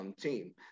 team